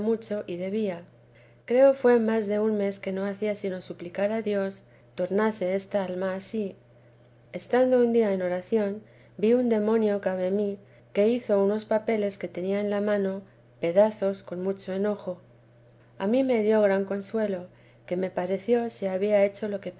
y debía creo fué más de un mes que no hacía sino suplicar a dios tornase esta alma a sí estando un día en oración vi un demonio cabe mí que hizo unos papeles que tenía en la mano pedazos con mucho enojo y a mí me dio gran consuelo que me pareció se había hecho lo que